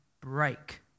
break